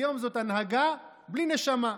היום זאת הנהגה בלי נשמה.